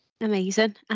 Amazing